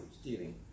stealing